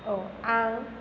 औ आं